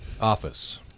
office